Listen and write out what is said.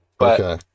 Okay